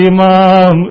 Imam